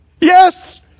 Yes